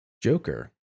Joker